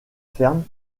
ferme